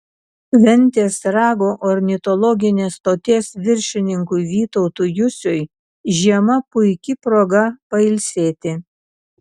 ventės rago ornitologinės stoties viršininkui vytautui jusiui žiema puiki proga pailsėti